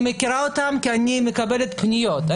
אני מכירה אותן כי אני מקבלת פניות.